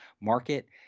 market